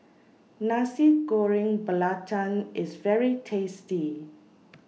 Nasi Goreng Belacan IS very tasty